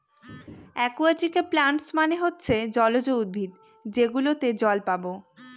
একুয়াটিকে প্লান্টস মানে হচ্ছে জলজ উদ্ভিদ যেগুলোতে জল পাবো